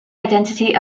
identity